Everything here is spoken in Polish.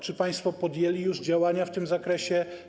Czy państwo podjęli już działania w tym zakresie?